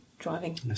driving